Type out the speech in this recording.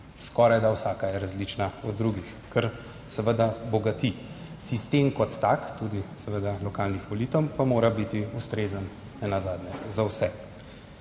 skorajda vsaka je različna od druge, kar seveda bogati. Sistem kot tak, seveda tudi lokalnih volitev, pa mora biti ustrezen nenazadnje za vse.